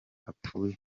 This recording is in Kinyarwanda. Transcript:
apfuye